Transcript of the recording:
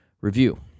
review